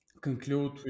conclude